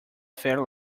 fair